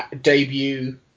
debut